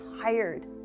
tired